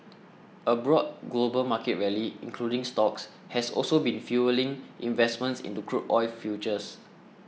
a broad global market rally including stocks has also been fuelling investment into crude oil futures